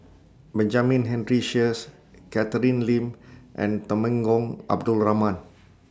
Benjamin Henry Sheares Catherine Lim and Temenggong Abdul Rahman